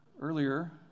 earlier